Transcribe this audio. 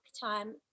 time